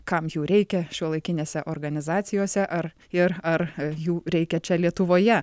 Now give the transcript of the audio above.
kam jų reikia šiuolaikinėse organizacijose ar ir ar jų reikia čia lietuvoje